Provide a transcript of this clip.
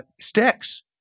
sticks